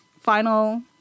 final